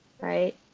right